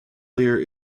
leer